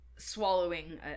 Swallowing